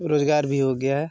रोजगार भी हो गया है